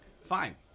Fine